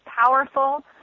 powerful